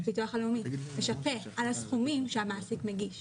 הביטוח הלאומי משפה בגין הסכומים שהמעסיק מגיש